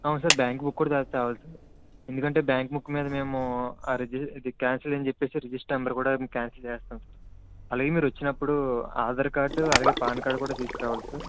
అవును sir bank book కూడా తే తేవాలి సార్ ఎందుకంటే బ్యాంక్ బుక్ మీద మేము ఆ రిజి క్యాన్సల్ అని చెప్పి రిజిస్టర్ నెంబర్ కూడా క్యాన్సల్ చేసేస్తాము అలాగే మీరు వచ్చినప్పుడు ఆధార్ కార్డు అలాగే పాన్ కార్డు కూడా తీసుకుని రావాలి సార్